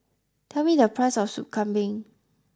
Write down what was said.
tell me the price of sop kambing